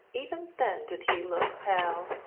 even then did he look pale,